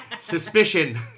Suspicion